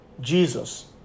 Jesus